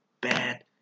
bad